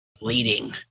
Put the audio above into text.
leading